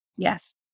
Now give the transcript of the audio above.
Yes